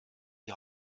die